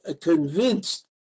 convinced